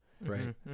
Right